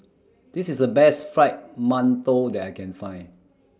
This IS The Best Fried mantou that I Can Find